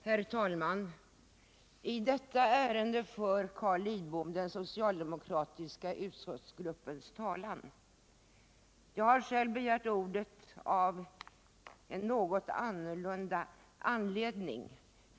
Herr talman! I detta ärende för Carl Lidbom den socialdemokratiska utskottsgruppens talan. Jag har själv begärt ordet av en något annorlunda anledning.